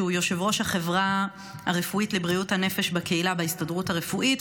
יושב-ראש החברה הרפואית לבריאות הנפש בקהילה בהסתדרות הרפואית,